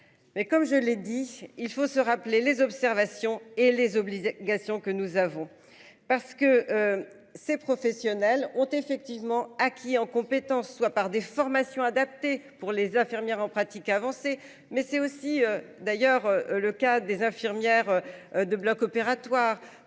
Mais comme je l'ai dit il faut se rappeler les observations et les obligations que nous avons parce que. Ces professionnels ont effectivement acquis en compétences, soit par des. Formation adaptée pour les infirmières en pratique avancée mais c'est aussi d'ailleurs le cas des infirmières. De bloc opératoire